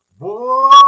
Boy